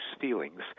feelings